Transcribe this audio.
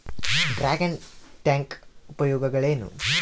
Dragon tank ಉಪಯೋಗಗಳೇನು?